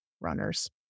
runners